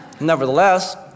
nevertheless